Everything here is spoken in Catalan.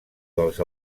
dels